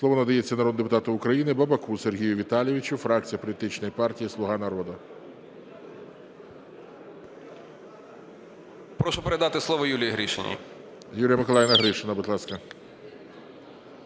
Слово надається народному депутату України Бабаку Сергію Віталійовичу, фракція політичної партії "Слуга народу".